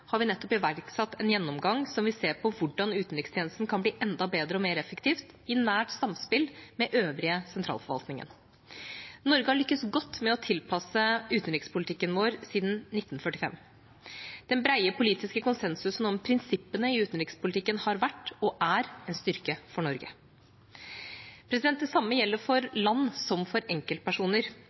har vi nettopp iverksatt en gjennomgang som vil se på hvordan utenrikstjenesten kan bli enda bedre og mer effektiv, i nært samspill med den øvrige sentralforvaltningen. Norge har lyktes godt med å tilpasse utenrikspolitikken sin siden 1945. Den brede politiske konsensusen om prinsippene i utenrikspolitikken har vært – og er – en styrke for Norge. Det samme gjelder for land som for enkeltpersoner: